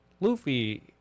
Luffy